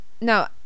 No